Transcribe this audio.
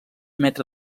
metre